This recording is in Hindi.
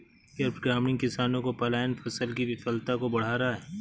क्या ग्रामीण किसानों का पलायन फसल की विफलता को बढ़ा रहा है?